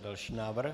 Další návrh.